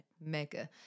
Mega